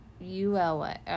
ULA